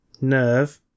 Nerve